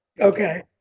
Okay